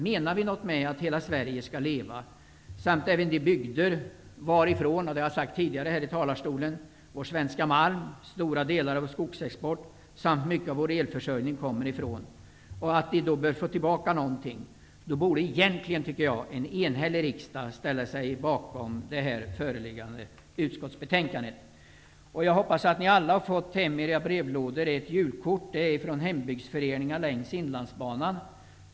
Menar vi något med att hela Sverige skall leva samt att -- som jag har framhållit även tidigare från denna talarstol -- också de bygder varifrån vår svenska malm, stora delar av vår skogsexport samt mycket av vår elförsörjning kommer ifrån bör få något tillbaka, borde egentligen en enhällig riksdag ställa sig bakom förevarande utskottsbetänkande. Jag hoppas att ni alla fått hem i era brevlådor ett julkort från hembygdsföreningar längs Inlandsbanan.